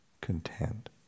content